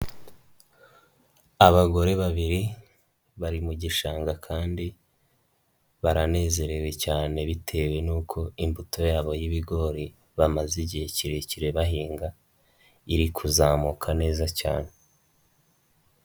Abagore babiri bari mu gishanga kandi baranezerewe cyane bitewe n'uko imbuto yabo y'ibigori bamaze igihe kirekire bahinga iri kuzamuka neza cyane.